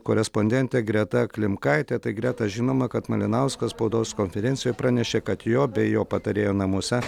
korespondentė greta klimkaitė tai greta žinoma kad malinauskas spaudos konferencijoj pranešė kad jo bei jo patarėjo namuose